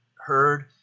heard